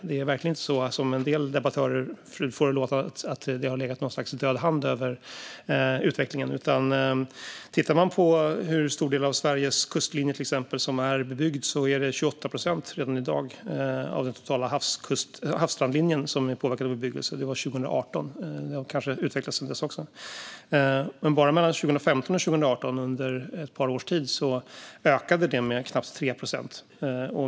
Det är verkligen inte så, som en del debattörer får det att låta, att det har legat något slags död hand över utvecklingen. Tittar man på hur stor del av Sveriges kustlinje som är bebyggd ser man att det redan i dag är 28 procent av den totala havsstrandlinjen som är påverkad av bebyggelse - detta var 2018; det har kanske utvecklats sedan dess. Bara mellan 2015 och 2018, under ett par års tid, ökade det med knappt 3 procent.